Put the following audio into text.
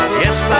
yes